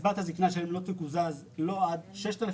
שקצבת הזקנה שלהן לא תקוזז לא ענד 6,000